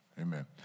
Amen